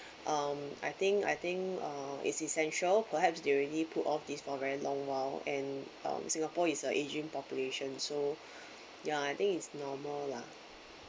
um I think I think uh is essential perhaps they already pulled off these for very long while and um singapore is ageing population so ya I think it's normal lah